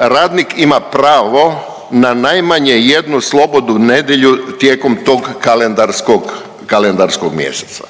radnik ima pravo na najmanje jednu slobodnu nedjelju tijekom tog kalendarskog, kalendarskog mjeseca.